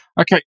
okay